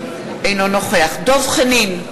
אינו נוכח דב חנין,